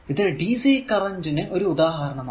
ഇത് dc current നു ഒരു ഉദാഹരണം ആണ്